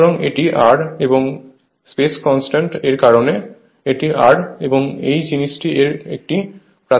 সুতরাং এটি R এবং স্পেস কনস্ট্যান্ট এর কারণে এটি R এবং এই জিনিসটি এর একটি প্রাথমিক দিক